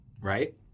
right